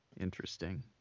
Interesting